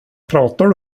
pratar